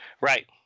Right